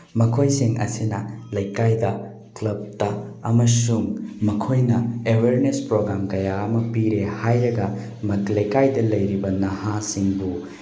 ꯃꯈꯣꯏꯁꯤꯡ ꯑꯁꯤꯅ ꯂꯩꯀꯥꯏꯗ ꯀꯂꯕꯇ ꯑꯃꯁꯨꯡ ꯃꯈꯣꯏꯅ ꯑꯦꯋꯥꯔꯅꯦꯁ ꯄ꯭ꯔꯣꯒ꯭ꯔꯥꯝ ꯀꯌꯥ ꯑꯃ ꯄꯤꯔꯦ ꯍꯥꯏꯔꯒ ꯂꯩꯀꯥꯏꯗ ꯂꯩꯔꯤꯕ ꯅꯍꯥꯁꯤꯡꯕꯨ